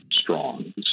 strong